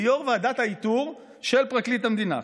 ליו"ר ועדת האיתור של פרקליט המדינה.